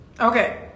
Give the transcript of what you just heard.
Okay